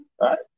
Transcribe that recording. right